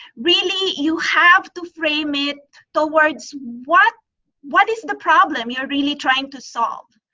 really, you have to frame it towards what what is the problem you're really trying to solve.